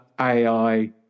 AI